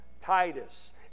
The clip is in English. Titus